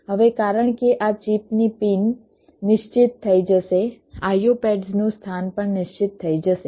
હવે કારણ કે આ ચિપની પિન નિશ્ચિત થઈ જશે IO પેડ્સનું સ્થાન પણ નિશ્ચિત થઈ જશે